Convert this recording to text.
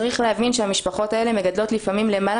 צריך להבין שהמשפחות האלה מגדלות לפעמים למעלה